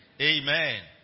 Amen